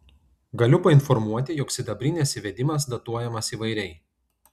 galiu painformuoti jog sidabrinės įvedimas datuojamas įvairiai